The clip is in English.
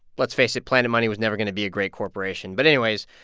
let's face it. planet money was never going to be a great corporation but anyways,